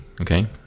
okay